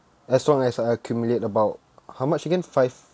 as long as I accumulate about how much again five